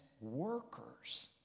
workers